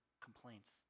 complaints